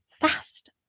fast